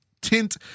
tint